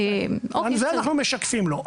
על זה אנחנו משקפים לו,